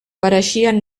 pareixien